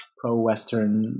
pro-Western